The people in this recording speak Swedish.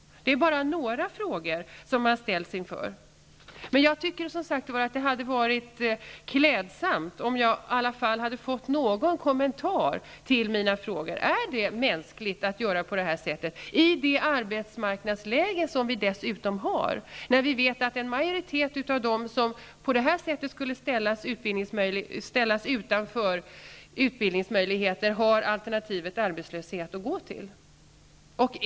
Det här är bara några frågor som man ställs inför. Men jag tycker som sagt att det hade varit klädsamt om jag i alla fall hade fått någon kommentar avseende mina frågor. Är det mänskligt att göra på det här sättet i det arbetsmarknadsläge som vi vet att vi har? Vi vet att en majoritet av dem som på det här sättet skulle ställas utan utbildningsmöjligheter har alternativet arbetslöshet att gå till.